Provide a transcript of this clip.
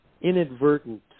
inadvertent